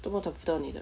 做么找不到你的